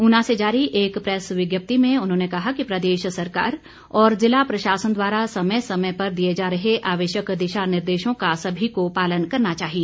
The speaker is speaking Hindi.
ऊना से जारी एक प्रैस विज्ञप्ति में उन्होंने कहा कि प्रदेश सरकार और जिला प्रशासन द्वारा समय समय पर दिए जा रहे आवश्यक दिशा निर्देशों का सभी को पालन करना चाहिए